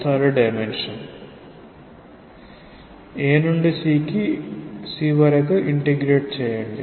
a నుండి c వరకు integrate చేయండి